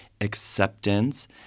acceptance